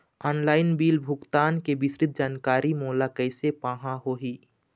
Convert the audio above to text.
Online bill भुगतान के विस्तृत जानकारी मोला कैसे पाहां होही?